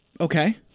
Okay